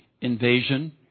Invasion